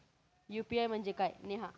UPI म्हणजे काय?